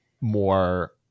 more